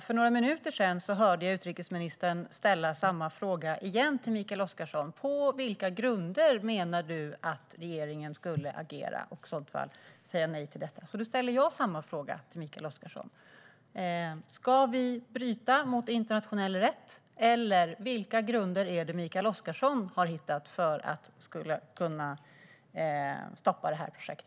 För några minuter sedan hörde jag att utrikesministern än en gång frågade Mikael Oscarsson på vilka grunder han menar att regeringen skulle agera och, i så fall, säga nej till detta. Jag ställer samma fråga till Mikael Oscarsson: Ska vi bryta mot internationell rätt? Vilka grunder har Mikael Oscarsson hittat för att kunna stoppa detta projekt?